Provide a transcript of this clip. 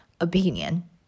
opinion